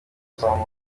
kuzamura